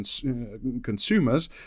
consumers